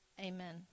Amen